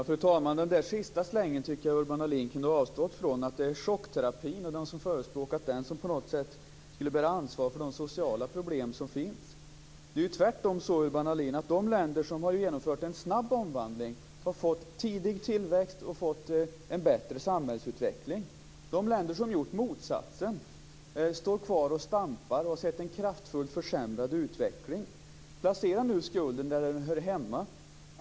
Fru talman! Den sista slängen tycker jag att Urban Ahlin kunde ha avstått från, att chockterapin och de som har förespråkat den på något sätt skulle bära ansvar för de sociala problem som finns. Det är tvärtom så, Urban Ahlin, att de länder som har genomfört en snabb omvandling har fått tidig tillväxt och en bättre samhällsutveckling. De länder som har gjort motsatsen står kvar och stampar. De har sett en kraftfullt försämrad utveckling. Placera nu skulden där den hör hemma.